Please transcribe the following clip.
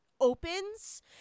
opens